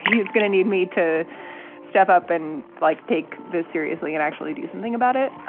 he's going to need me to step up and like take this seriously and actually do something about it.